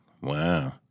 Wow